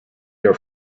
your